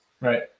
Right